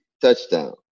touchdown